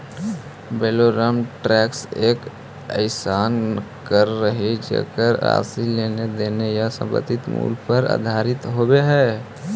valorem tax एक अइसन कर हइ जेकर राशि लेन देन या संपत्ति के मूल्य पर आधारित होव हइ